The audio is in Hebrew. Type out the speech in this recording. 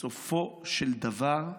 בסופו של דבר,